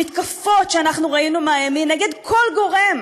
המתקפות שאנחנו ראינו מהימין, נגד כל גורם: